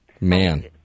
Man